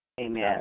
Amen